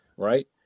right